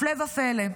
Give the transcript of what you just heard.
הפלא ופלא.